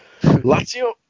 Lazio